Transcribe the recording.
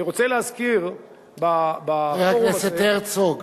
אני רוצה להזכיר בפורום הזה, חבר הכנסת הרצוג.